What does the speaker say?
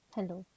Hello